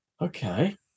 okay